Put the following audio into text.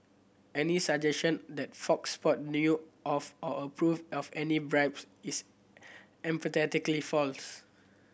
any suggestion that Fox Sport knew of or approved of any bribes is emphatically false